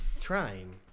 Trying